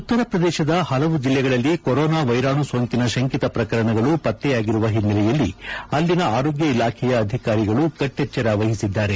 ಉತ್ತರ ಪ್ರದೇಶದ ಹಲವು ಜಿಲ್ಲೆಗಳಲ್ಲಿ ಕೊರೋನಾ ವೈರಾಣು ಸೋಂಕಿನ ಶಂಕಿತ ಪ್ರಕರಣಗಳು ಪತ್ತೆಯಾಗಿರುವ ಹಿನ್ನೆಲೆಯಲ್ಲಿ ಅಲ್ಲಿಯ ಆರೋಗ್ಯ ಇಲಾಖೆಯ ಅಧಿಕಾರಿಗಳು ಕಟ್ಟೆಚ್ಚರ ವಹಿಸಿದ್ದಾರೆ